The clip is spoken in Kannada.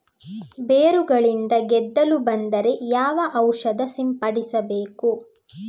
ಬೇರುಗಳಿಗೆ ಗೆದ್ದಲು ಬಂದರೆ ಯಾವ ಔಷಧ ಸಿಂಪಡಿಸಬೇಕು?